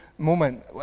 moment